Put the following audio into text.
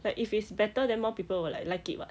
like if it's better then more people will like like it [what]